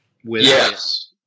Yes